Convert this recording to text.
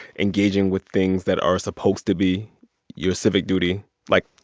engaging with things that are supposed to be your civic duty like,